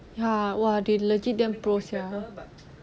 ya !wah! they legit damn pro sia